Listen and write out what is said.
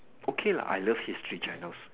okay lah I love history journals